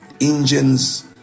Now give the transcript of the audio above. engines